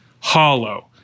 hollow